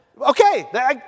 okay